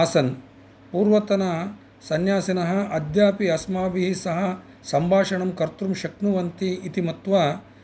आसन् पूर्वतनसंन्यासिनः अद्यापि अस्माभिः सह सम्भाषणं कर्तुं शक्नुवन्ति इति मत्वा